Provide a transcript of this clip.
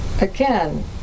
again